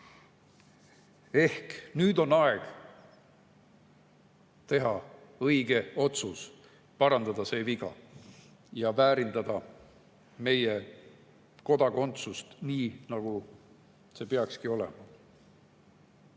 Ehk nüüd on aeg teha õige otsus, parandada see viga ja väärindada meie kodakondsust nii, nagu see peakski olema. Mõned